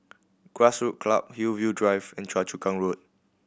Grassroot Club Hillview Drive and Choa Chu Kang Road